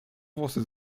włosy